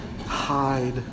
hide